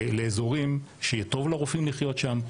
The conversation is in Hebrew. לאזורים שיהיה טוב לרופאים לחיות שם,